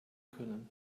können